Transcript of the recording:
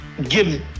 give